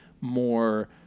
more